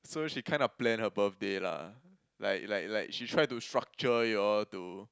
so she kinda plan her birthday lah like like like she try to structure you all to